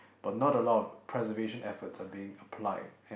but not a lot of preservation efforts are being applied and